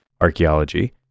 archaeology